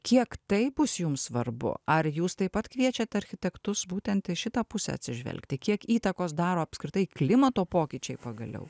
kiek tai bus jum svarbu ar jūs taip pat kviečiat architektus būtent į šitą pusę atsižvelgti kiek įtakos daro apskritai klimato pokyčiai pagaliau